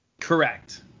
Correct